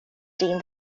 deemed